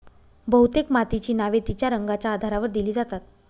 बहुतेक मातीची नावे तिच्या रंगाच्या आधारावर दिली जातात